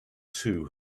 too